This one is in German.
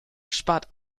spart